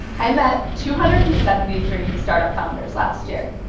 i met two hundred and seventy three start-up founders last year.